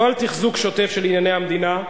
לא על תחזוק שוטף של ענייני המדינה,